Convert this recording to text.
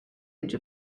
age